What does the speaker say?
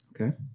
Okay